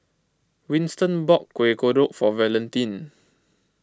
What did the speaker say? Winston bought Kueh Kodok for Valentin